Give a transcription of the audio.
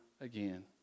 again